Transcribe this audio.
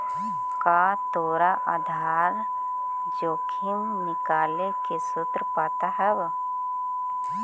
का तोरा आधार जोखिम निकाले के सूत्र पता हवऽ?